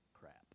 crap